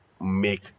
make